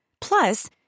Plus